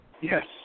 yes